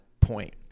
point